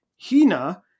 Hina